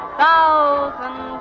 thousand